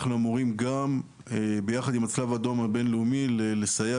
אנחנו אמורים ביחד עם הצלב האדום הבין-לאומי לסייע